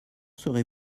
serez